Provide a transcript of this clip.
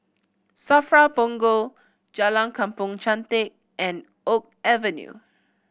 SAFRA Punggol Jalan Kampong Chantek and Oak Avenue